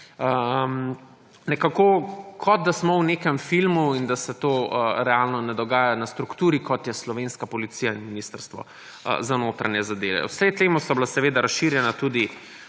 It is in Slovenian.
Nekako kot da smo v nekem filmu in da se to realno ne dogaja na strukturi, kot je slovenska policija in Ministrstvo za notranje zadeve. V vsem tem so bili razširjeni tudi